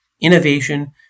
innovation